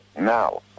now